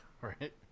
right